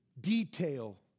detail